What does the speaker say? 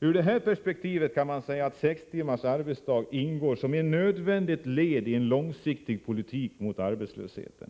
Ur det här november 1984 perspektivet kan man säga att sextimmarsdagen ingår som ett nödvändigt led i en långsiktig politik mot arbetslösheten.